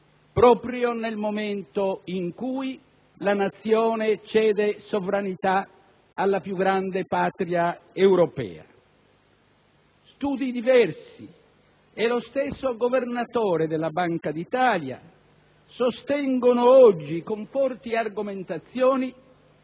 proprio nel momento in cui la Nazione cede sovranità alla più grande patria europea. Studi diversi e lo stesso Governatore della Banca d'Italia sostengono oggi, con forti argomentazioni,